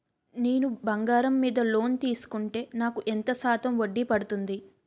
నేను బంగారం మీద లోన్ తీసుకుంటే నాకు ఎంత శాతం వడ్డీ పడుతుంది?